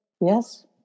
Yes